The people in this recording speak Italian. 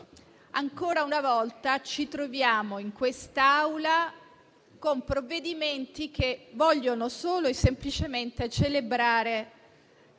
ancora una volta ci troviamo in quest'Aula con provvedimenti che vogliono solo e semplicemente celebrare